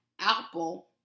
apple